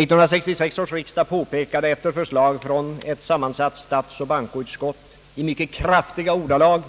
1966 års riksdag framhöll efter förslag från ett sammansatt statsoch bankoutskott i mycket kraftiga ordalag